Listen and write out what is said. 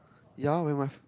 yea with my